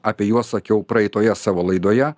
apie juos sakiau praeitoje savo laidoje